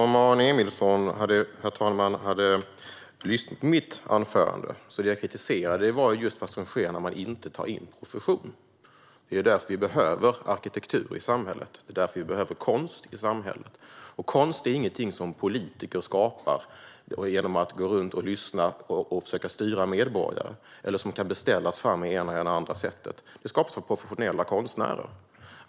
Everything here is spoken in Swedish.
Herr talman! Om Aron Emilsson hade lyssnat på mitt anförande hade han hört att det som jag kritiserade var vad som sker när man inte tar in profession. Det är därför som vi behöver arkitektur i samhället, och det är därför som vi behöver konst i samhället. Konst är ingenting som politiker skapar genom att gå runt och lyssna och försöka styra medborgare eller som kan beställas fram på det ena eller andra sättet. Konst skapas av professionella konstnärer.